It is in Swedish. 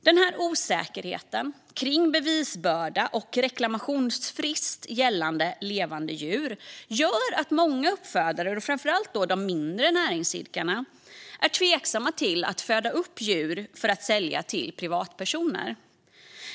Denna osäkerhet kring bevisbörda och reklamationsfrist gällande levande djur gör att många uppfödare, framför allt de mindre näringsidkarna, är tveksamma till att föda upp djur för att sälja till privatpersoner.